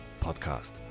Podcast